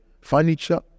furniture